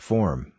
Form